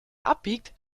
abbiegt